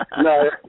No